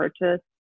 purchase